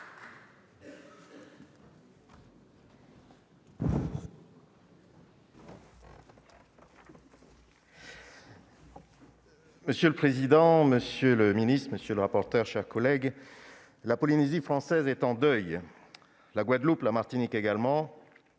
Monsieur le président, monsieur le ministre, mes chers collègues, la Polynésie française est en deuil ; la Guadeloupe, la Martinique également